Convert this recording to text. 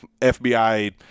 FBI